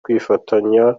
kwifatanya